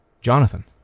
Jonathan